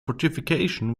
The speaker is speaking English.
fortification